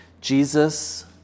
Jesus